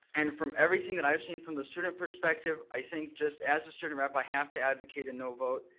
and from everything that i've seen from the student perspective, i think just as a student rep i have to advocate a no vote,